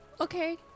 Okay